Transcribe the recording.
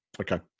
Okay